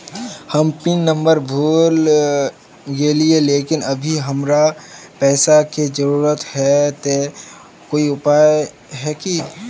हम pin number भूल गेलिये लेकिन अभी हमरा पैसा के जरुरत है ते कोई उपाय है की?